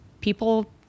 people